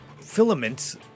filaments